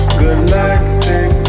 galactic